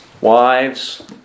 wives